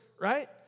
right